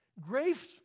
Grace